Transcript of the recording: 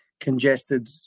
congested